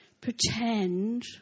pretend